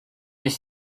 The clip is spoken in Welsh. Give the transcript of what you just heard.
wnes